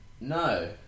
No